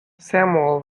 samuel